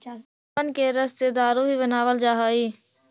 फलबन के रस से दारू भी बनाबल जा हई